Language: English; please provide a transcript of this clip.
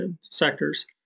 sectors